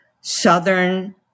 Southern